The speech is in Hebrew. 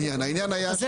הכול.